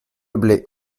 blé